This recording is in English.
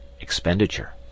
expenditure